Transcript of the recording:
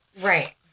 Right